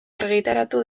argitaratu